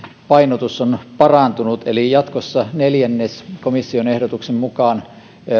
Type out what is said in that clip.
painotus on parantunut eli jatkossa neljännes komission ehdotuksen mukaan